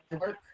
work